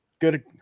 good